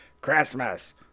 Christmas